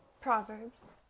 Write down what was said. Proverbs